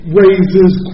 raises